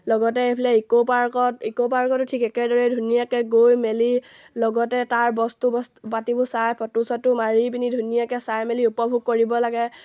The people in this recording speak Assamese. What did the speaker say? লগতে এইফালে ইকোপাৰ্কত ইক'পাৰ্কতো ঠিক একেদৰে ধুনীয়াকৈ গৈ মেলি লগতে তাৰ বস্তু বস্তু পাতিবোৰ চাই ফটো চটো মাৰি পিনি ধুনীয়াকৈ চাই মেলি উপভোগ কৰিব লাগে